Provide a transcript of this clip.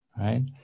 right